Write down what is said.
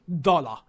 dollar